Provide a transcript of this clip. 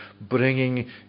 bringing